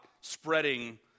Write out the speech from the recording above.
spreading